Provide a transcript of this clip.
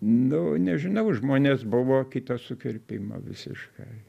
nu nežinau žmonės buvo kito sukirpimo visiškai